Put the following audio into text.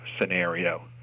scenario